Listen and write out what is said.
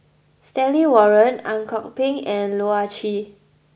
Stanley Warren Ang Kok Peng and Loh Ah Chee